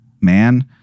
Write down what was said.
man